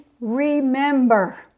remember